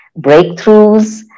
breakthroughs